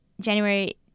January